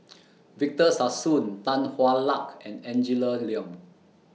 Victor Sassoon Tan Hwa Luck and Angela Liong